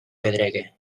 pedregue